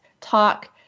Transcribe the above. talk